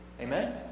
Amen